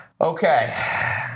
Okay